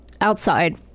outside